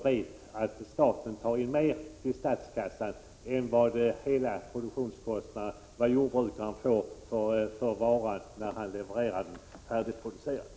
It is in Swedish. Man tar in mera till statskassan än vad jordbrukaren får i ersättning när han levererar den färdiga varan.